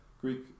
Greek